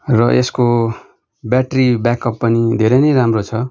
र यसको battery backup पनि धेरै नै राम्रो छ